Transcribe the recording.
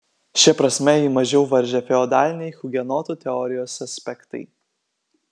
šia prasme jį mažiau varžė feodaliniai hugenotų teorijos aspektai